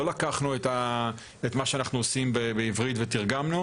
לא לקחנו את מה שאנחנו עושים בעברית ותרגמנו